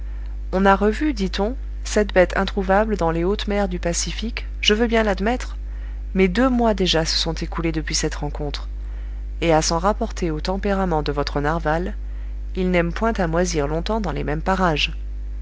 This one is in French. on a revu dit-on cette bête introuvable dans les hautes mers du pacifique je veux bien l'admettre mais deux mois déjà se sont écoulés depuis cette rencontre et à s'en rapporter au tempérament de votre narwal il n'aime point à moisir longtemps dans les mêmes parages